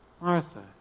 Martha